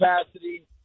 capacity